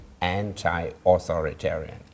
anti-authoritarian